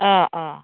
अ अ